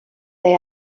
they